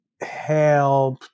help